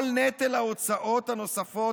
כל נטל ההוצאות הנוספות,